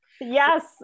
Yes